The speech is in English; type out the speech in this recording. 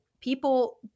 people –